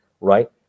right